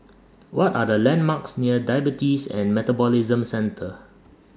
What Are The landmarks near Diabetes and Metabolism Centre